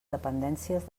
dependències